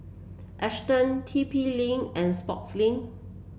Astons T P Link and Sportslink